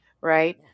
right